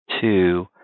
two